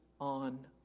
on